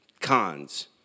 Cons